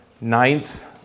ninth